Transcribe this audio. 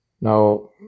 Now